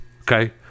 Okay